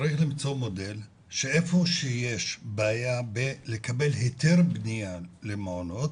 צריך למצוא מודל שאיפה שיש בעיה בלקבל היתר בנייה למעונות,